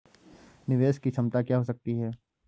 निवेश की क्षमता क्या हो सकती है?